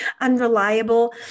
unreliable